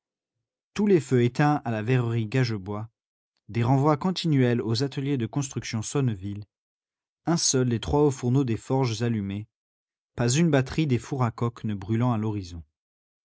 tous les feux éteints à la verrerie gagebois des renvois continuels aux ateliers de construction sonneville un seul des trois hauts fourneaux des forges allumé pas une batterie des fours à coke ne brûlant à l'horizon